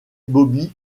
bobby